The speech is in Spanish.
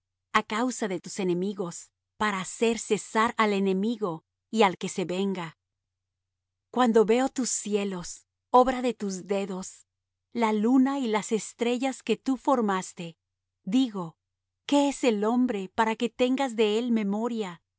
a causa de tus enemigos para hacer cesar al enemigo y al que se venga cuando veo tus cielos obra de tus dedos la luna y las estrellas que tú formaste digo qué es el hombre para que tengas de él memoria